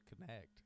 connect